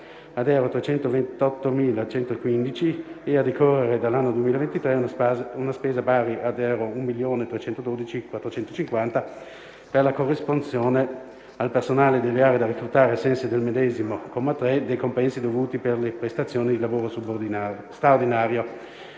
a euro 328.115 e, a decorrere dall'anno 2023, una spesa pari ad euro 1.312.450 per la corresponsione, al personale delle aree da reclutare ai sensi del medesimo comma 3, dei compensi dovuti per le prestazioni di lavoro straordinario.